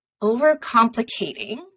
overcomplicating